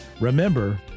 remember